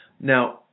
Now